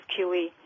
QE